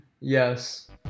Yes